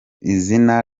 izina